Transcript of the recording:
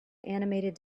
animated